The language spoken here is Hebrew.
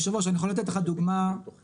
יושב הראש אני יכול לתת לך דוגמה בעבר